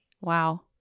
Wow